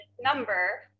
number